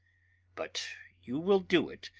but you will do it,